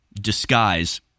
disguise